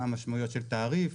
מה המשמעות של תעריף